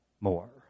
more